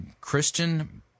Christian